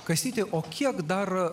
kastyti o kiek dar